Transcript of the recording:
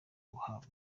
guhabwa